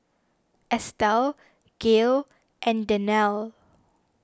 Estel Gale and Danielle